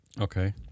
Okay